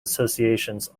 associations